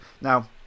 Now